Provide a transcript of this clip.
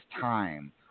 time